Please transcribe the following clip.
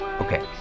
Okay